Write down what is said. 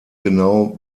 genau